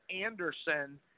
Anderson